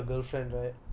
ஆமா:aama